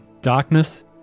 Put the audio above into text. darkness